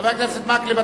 חבר הכנסת מקלב,